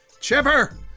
chipper